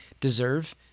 deserve